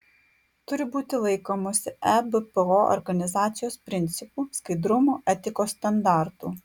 turi būti laikomasi ebpo organizacijos principų skaidrumo etikos standartų